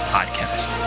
Podcast